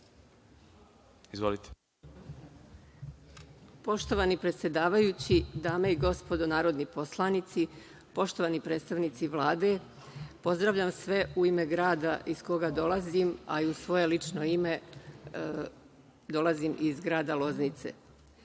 Poštovani predsedavajući, dame i gospodo narodni poslanici, poštovani predstavnici Vlade, pozdravljam sve u ime grada iz koga dolazim, a i u svoje lično ime. Dolazim iz grada Loznice. Kao